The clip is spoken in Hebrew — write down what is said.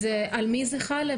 אז על מי זה חל?